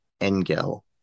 Engel